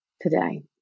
today